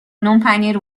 نونپنیر